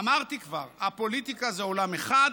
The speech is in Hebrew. אמרתי כבר: הפוליטיקה זה עולם אחד,